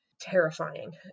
terrifying